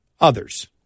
others